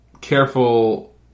careful